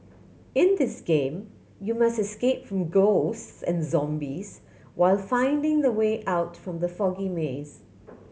in this game you must escape from ghosts and zombies while finding the way out from the foggy maze